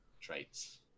traits